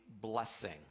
blessing